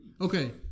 Okay